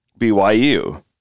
BYU